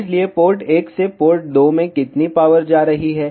इसलिए पोर्ट 1 से पोर्ट 2 में कितनी पावर जा रही है